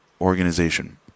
organization